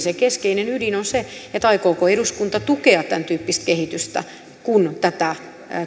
se keskeinen ydin on se aikooko eduskunta tukea tämäntyyppistä kehitystä kun tätä